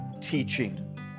teaching